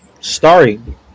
starring